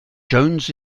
jones